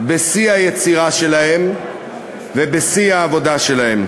בשיא היצירה שלהם ובשיא העבודה שלהם.